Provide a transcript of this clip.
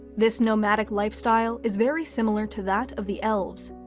this nomadic lifestyle is very similar to that of the elves,